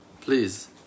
Please